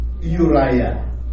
Uriah